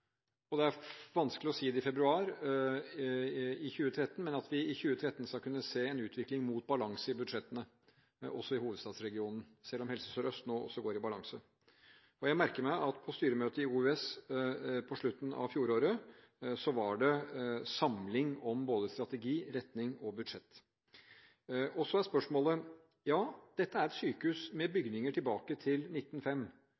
hardt. Det er vanskelig å si det i februar 2013, men jeg har håp om at vi i 2013 skal kunne se en utvikling mot balanse i budsjettene, også i hovedstadsregionen, selv om Helse Sør-Øst nå også går i balanse. Og jeg merker meg at på styremøtet i OUS på slutten av fjoråret, var det samling om både strategi, retning og budsjett. Så er utfordringen at dette er et sykehus med